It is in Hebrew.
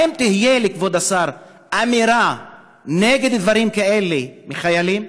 האם תהיה לכבוד השר אמירה נגד דברים כאלה מחיילים?